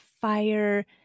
fire